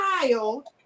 child